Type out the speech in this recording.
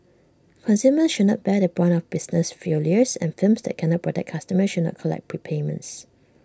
consumers should not bear the brunt of business failures and firms that cannot protect customers should not collect prepayments